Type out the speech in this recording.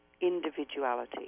individuality